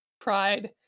pride